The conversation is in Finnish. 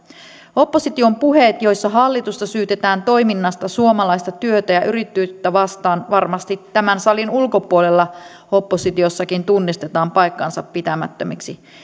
opposition puheet joissa hallitusta syytetään toiminnasta suomalaista työtä ja yrittäjyyttä vastaan varmasti tämän salin ulkopuolella oppositiossakin tunnistetaan paikkansapitämättömiksi